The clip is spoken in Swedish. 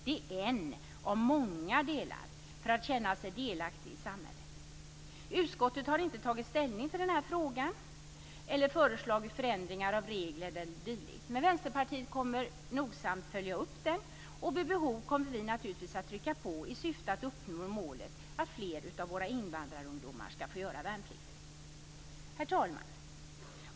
Det är en av många delar för att känna sig delaktig i samhället. Utskottet har inte tagit ställning till den här frågan eller föreslagit förändringar av regler eller dylikt. Men Vänsterpartiet kommer nogsamt att följa upp frågan, och vid behov kommer vi naturligtvis att trycka på i syfte att uppnå målet att fler av våra invandrarungdomar ska få göra värnplikt. Herr talman!